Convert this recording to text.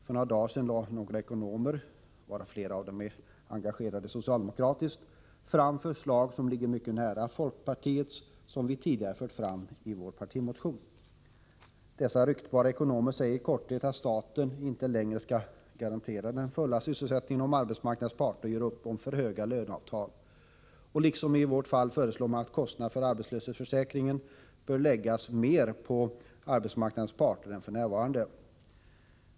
För ett par dagar sedan lade några ekonomer, varav flera är engagerade socialdemokratiskt, fram förslag, som ligger mycket nära dem som vi från folkpartiet tidigare har fört fram i vår partimotion. Dessa ryktbara ekonomer säger i korthet att staten inte längre skall garantera den fulla sysselsättningen, om arbetsmarknadens parter gör upp om för höga löneavtal. Och liksom i vårt fall föreslår de att kostnaderna för arbetslöshetsförsäkringen bör läggas mer på arbetsmarknadens parter än f. n.